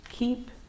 keep